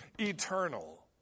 eternal